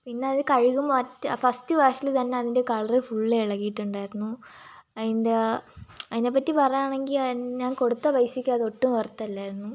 പിന്നെ അത് കഴുകുമ്പോൾ ഓ ഫസ്റ്റ് വാഷിൽ തന്നെ അതിൻ്റെ കളർ ഫുള്ള് ഇളകിയിട്ടുണ്ടായിരുന്നു അതിൻ്റെ അതിനെ പറ്റി പറയാണെങ്കിൽ ഞാൻ കൊടുത്ത പൈസക്ക് അത് ഒട്ടും വെർത്തല്ലായിരുന്നു